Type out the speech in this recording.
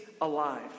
alive